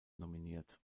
nominiert